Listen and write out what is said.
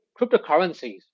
cryptocurrencies